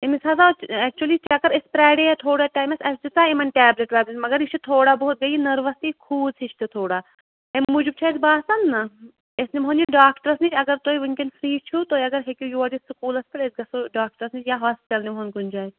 أمِس ہَسا چھِ ایکچُلی چَکر أسۍ پرٛارییے تھوڑا ٹایمَس اَسہِ دِژاے یِمن ٹیبلِٹ ویبلِٹ مگر یہِ چھِ تھوڑا بہت گٔے یہِ نٔروَسٕے یہِ کھوٗژ ہِش تہِ تھوڑا اَمہِ موٗجوٗب چھُ اَسہِ باسان نہ أسۍ نِمون یہِ ڈاکٹَرَس نِش اگر تۄہہِ وٕنۍکٮ۪ن فرٛی چھُو تُہۍ اگر ہیٚکِو یور یِتھ سَکوٗلَس پٮ۪ٹھ أسۍ گَژھو ڈاکٹرس نِش یا ہاسپِٹَل نِمون کُنہِ جاے